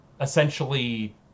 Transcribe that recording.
essentially